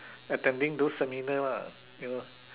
attending those seminar lah you know